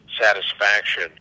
satisfaction